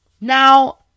Now